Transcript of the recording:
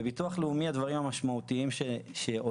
בביטוח לאומי הדברים המשמעותיים שעולים,